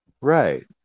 Right